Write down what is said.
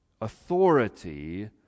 authority